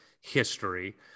history